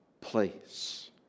place